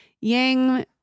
Yang